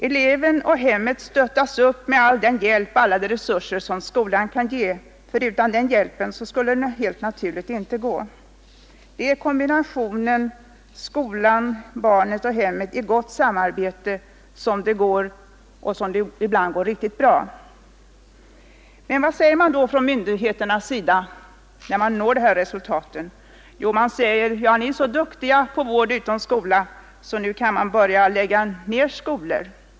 Eleven och hemmet stöttas upp med all den hjälp, alla de resurser som skolan kan ge, förutan den hjälpen skulle det helt naturligt inte gå. Det är tack vare kombinationen skolan-barnet-hemmet i gott samarbete som det går — och ibland går det riktigt bra. Vad säger då myndigheterna när man når de här resultaten? Jo, de säger: Ni är så duktiga på vård utom skola, så nu kan vi börja lägga ner skolor.